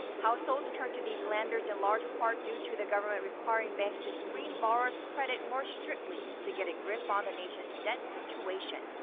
households turned to these lenders in large part due to the government requiring banks to screen borrowers' credit more strictly to get a grip on the nation's debt situation.